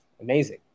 Amazing